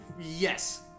Yes